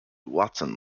watson